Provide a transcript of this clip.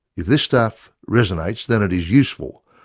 if this stuff resonates then it is useful,